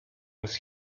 was